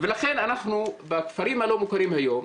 לכן בכפרים הלא מוכרים היום,